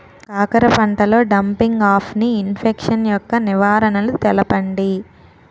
కాకర పంటలో డంపింగ్ఆఫ్ని ఇన్ఫెక్షన్ యెక్క నివారణలు తెలపండి?